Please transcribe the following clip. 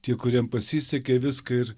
tie kuriem pasisekė viską ir